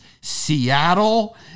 Seattle